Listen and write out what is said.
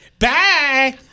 Bye